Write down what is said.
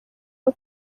aho